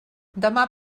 demà